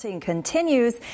...continues